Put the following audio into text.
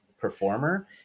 performer